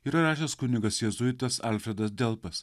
yra rašęs kunigas jėzuitas alfredas delpas